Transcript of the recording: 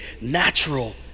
natural